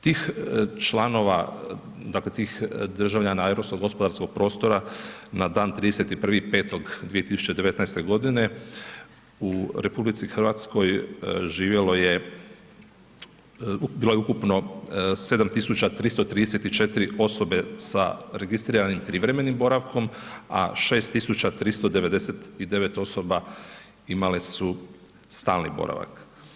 Tih članova, dakle tih državljana europskog gospodarskog prostora na dan 31. 5. 2019. u RH bilo je ukupno 7334 osobe sa registriranim privremenim boravkom a 6399 osoba imale su stalni boravak.